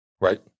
Right